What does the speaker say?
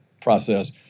process